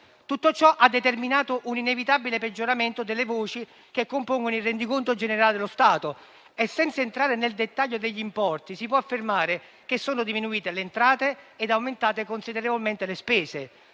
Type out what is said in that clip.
Tutto ciò ha determinato un inevitabile peggioramento delle voci che compongono il Rendiconto generale dello Stato. Senza entrare nel dettaglio degli importi, si può affermare che sono diminuite le entrate e che sono aumentate considerevolmente le spese.